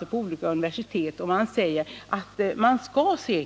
Det skulle vara intressant att ta del av resultaten av en sådan forskning.